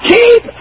Keep